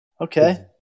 Okay